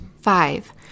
Five